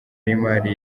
y’imari